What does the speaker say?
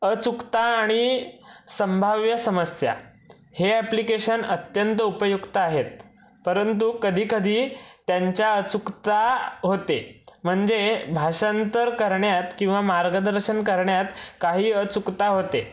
अचूकता आणि संभाव्य समस्या हे अप्लिकेशन अत्यंत उपयुक्त आहेत परंतु कधी कधी त्यांच्या अचूकता होते म्हणजे भाषांतर करण्यात किंवा मार्गदर्शन करण्यात काही अचूकता होते